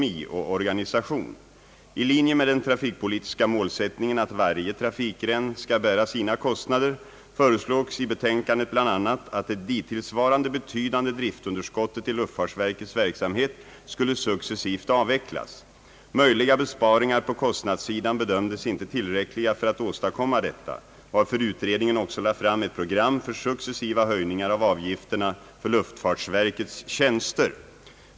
I linje med den trafikpolitiska målsättningen att varje trafikgren skall bära sina kostnader föreslogs i betänkandet bl.a. att det dittillsvarande betydande driftunderskottet i luftfartsverkets verksamhet skulle successivt avvecklas. Möjliga besparingar på kostnadssidan bedömdes inte tillräckliga för att åstadkomma detta, varför utredningen också lade fram ett program för successiva höjningar av avgifterna för luftfartsverkets tjänster.